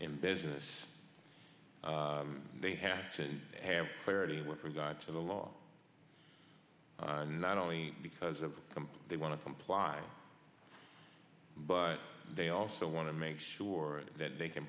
in business they have to have clarity with regard to the law not only because of they want to comply but they also want to make sure that they can